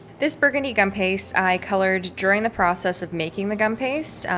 this burgundy gum paste, i colored during the process of making the gum paste.